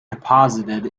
deposited